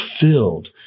filled